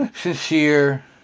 sincere